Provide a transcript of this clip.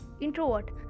Introvert